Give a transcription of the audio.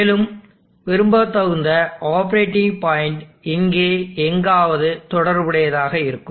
மேலும் விரும்பத்தகுந்த operating point இங்கே எங்காவது தொடர்புடையதாக இருக்கும்